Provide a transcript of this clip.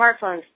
smartphones